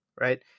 right